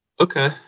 okay